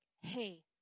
hey